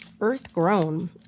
Earth-grown